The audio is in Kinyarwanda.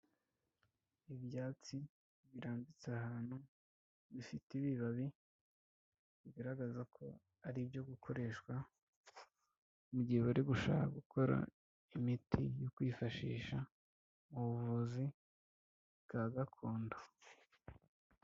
Ibyatsi birambitse ahantu bifite ibibabi, bigaragaza ko ari ibyo gukoreshwa mu gihe bari gushaka gukora imiti yo kwifashisha mu buvuzi bwa gakondo.